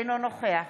אינו נוכח